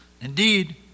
Indeed